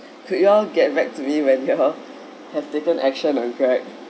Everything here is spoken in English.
could you all get back to me when you all have taken action on greg